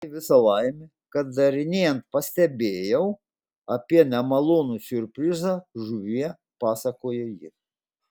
tai visa laimė kad darinėjant pastebėjau apie nemalonų siurprizą žuvyje pasakojo ji